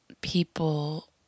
people